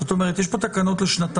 זאת אומרת, יש פה תקנות לשנתיים.